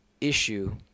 issue